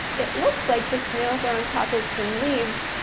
it looks like the snails are on top of some leaves.